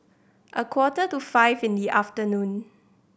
a quarter to five in the afternoon